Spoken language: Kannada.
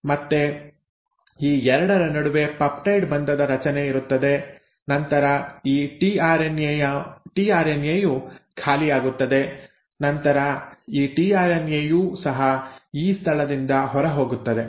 ಮತ್ತೆ ಈ ಎರಡರ ನಡುವೆ ಪೆಪ್ಟೈಡ್ ಬಂಧದ ರಚನೆ ಇರುತ್ತದೆ ನಂತರ ಈ ಟಿಆರ್ಎನ್ಎ ಯು ಖಾಲಿಯಾಗುತ್ತದೆ ನಂತರ ಈ ಟಿಆರ್ಎನ್ಎ ಯೂ ಸಹ ಇ ಸ್ಥಳದಿಂದ ಹೊರಹೋಗುತ್ತದೆ